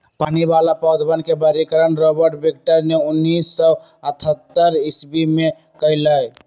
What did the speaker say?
पानी वाला पौधवन के वर्गीकरण रॉबर्ट विटकर ने उन्नीस सौ अथतर ईसवी में कइलय